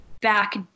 Back